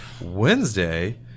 Wednesday